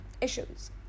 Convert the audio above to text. Issues